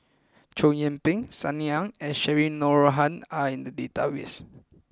Chow Yian Ping Sunny Ang and Cheryl Noronha are in the database